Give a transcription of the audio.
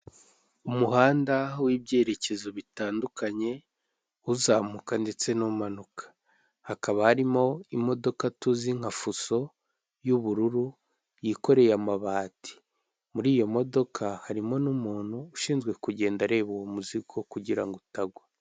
Umuhanda w'ibyerekezo bitandukanye, uzamuka ndetse n'umanuka hakaba harimo imodoka tuzi nka fuso, y'ubururu yikoreye amabati, muri iyo modoka harimo n'umuntu ushinzwe kugenda areba uwo muzigo kugira ngo utagwa.